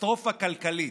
קטסטרופה כלכלית.